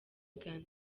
ghana